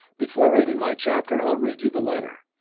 before reading my chapter i'll read you the letter.